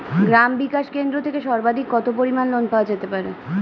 গ্রাম বিকাশ কেন্দ্র থেকে সর্বাধিক কত পরিমান লোন পাওয়া যেতে পারে?